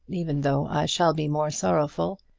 even though i shall be more sorrowful.